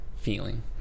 feeling